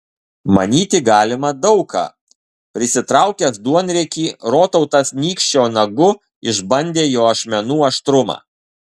manyti galima daug ką prisitraukęs duonriekį rotautas nykščio nagu išbandė jo ašmenų aštrumą